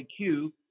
IQ